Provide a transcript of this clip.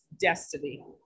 destiny